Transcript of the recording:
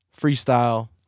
freestyle